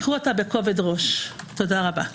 קחו אותה בכובד ראש, תודה רבה.